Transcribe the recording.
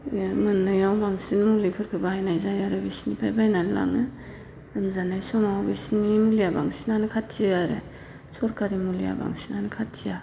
मोननायाव बांसिन मुलिफोरखौ बाहायनाय जायो आरो बिसोरनिफाय बायनानै लाङो लोमजानाय समाव बिसोरिनि मुलिआ बांसिनानो खाथियो आरो सोरखारि मुलिआ बांसिनानो खाथिया